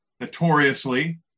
notoriously